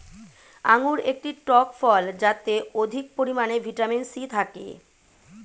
আঙুর একটি টক ফল যাতে অধিক পরিমাণে ভিটামিন সি থাকে